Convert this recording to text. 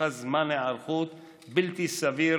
והצריכה זמן היערכות בלתי סביר